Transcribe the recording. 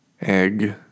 egg